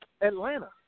Atlanta